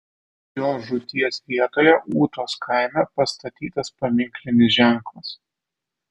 jo žūties vietoje ūtos kaime pastatytas paminklinis ženklas